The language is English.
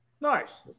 Nice